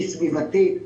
היא סביבתית,